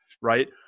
right